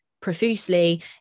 profusely